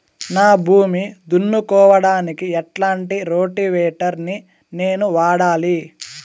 నా భూమి దున్నుకోవడానికి ఎట్లాంటి రోటివేటర్ ని నేను వాడాలి?